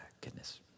goodness